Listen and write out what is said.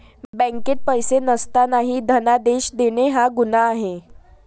बँकेत पैसे नसतानाही धनादेश देणे हा गुन्हा आहे